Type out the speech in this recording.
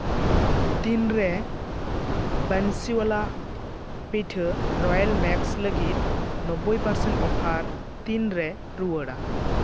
ᱛᱤᱱ ᱨᱮ ᱵᱟᱱᱥᱤᱣᱟᱞᱟ ᱯᱤᱴᱷᱟᱹ ᱨᱚᱭᱮᱞ ᱢᱮᱠᱥ ᱞᱟᱹᱜᱤᱫ ᱱᱳᱵᱽᱵᱳᱭ ᱯᱟᱨᱥᱮᱱᱴ ᱚᱯᱷᱟᱨ ᱛᱤᱱᱨᱮ ᱨᱩᱣᱟᱹᱲᱟ